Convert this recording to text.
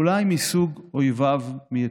אולי מסוג אויביו מאתמול,